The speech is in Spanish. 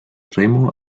remo